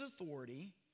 authority